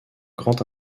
grand